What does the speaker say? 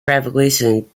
revolution